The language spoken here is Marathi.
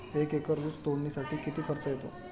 एक एकर ऊस तोडणीसाठी किती खर्च येतो?